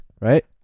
Right